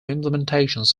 implementations